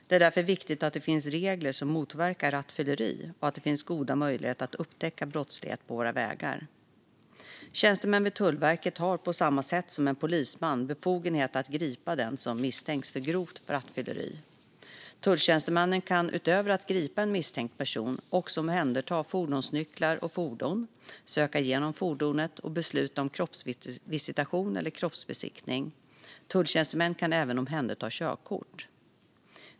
Det är därför viktigt att det finns regler som motverkar rattfylleri och att det finns goda möjligheter att upptäcka brottslighet på våra vägar. Tjänstemän vid Tullverket har på samma sätt som en polisman befogenhet att gripa den som misstänks för grovt rattfylleri. Tulltjänstemän kan utöver att gripa en misstänkt person också omhänderta fordonsnycklar och fordon, söka igenom fordonet och besluta om kroppsvisitation eller kroppsbesiktning. Tulltjänstemän kan även omhänderta körkort.